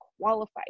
qualified